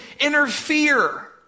interfere